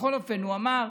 בכל אופן, הוא אמר,